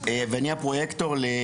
והפרויקטור,